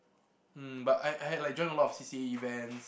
mm but I I had like join a lot of C_C_A events